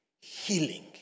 healing